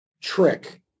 trick